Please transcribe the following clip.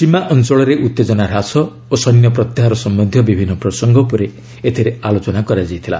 ସୀମା ଅଞ୍ଚଳରେ ଉତ୍ତେଜନା ହ୍ରାସ ଓ ସୈନ୍ୟ ପ୍ରତ୍ୟାହାର ସମ୍ପନ୍ଧୀୟ ବିଭିନ୍ନ ପ୍ରସଙ୍ଗ ଉପରେ ଏଥିରେ ଆଲୋଚନା କରାଯାଇଥିଲା